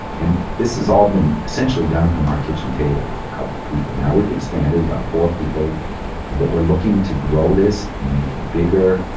and this is all been essentially done from our kitchen table with a couple people. now we've expanded, we've got four people and but we're looking to grow this and make it bigger,